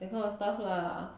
that kind of stuff lah